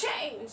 change